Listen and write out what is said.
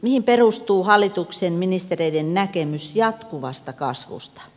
mihin perustuu hallituksen ministereiden näkemys jatkuvasta kasvusta